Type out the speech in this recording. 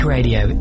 Radio